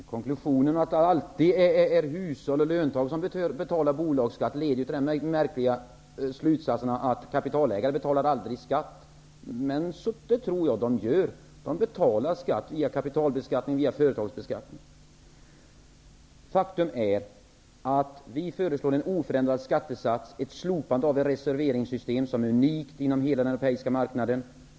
Herr talman! Konklusionen att det alltid är hushåll och löntagare som betalar bolagsskatt leder till den märkliga slutsatsen att kapitalägare aldrig betalar skatt. Det tror jag att de gör. De betalar via kapitalbeskattning och företagsbeskattning. Faktum är att vi föreslår en oförändrad skattesats och ett slopande av det reserveringssystem som är unikt inom hela den europeiska marknaden.